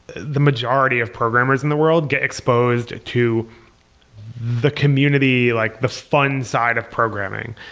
the majority of programmers in the world get exposed to the community, like the fun side of programming.